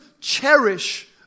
cherish